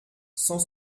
cent